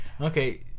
Okay